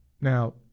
Now